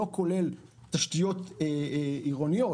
לא כולל תשתיות עירוניות,